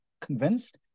convinced